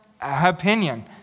opinion